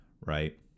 right